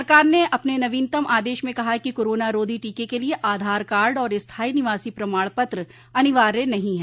सरकार ने अपने नवीनतम आदेश में कहा है कि कोरोना रोधी टीके के लिए आधार कार्ड और स्थाई निवासी प्रमाणपत्र अनिवार्य नहीं है